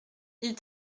ils